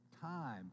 time